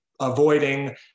avoiding